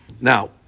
Now